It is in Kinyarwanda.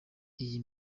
iyi